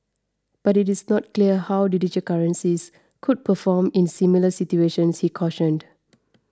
but it is not clear how digital currencies could perform in similar situations he cautioned